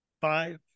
five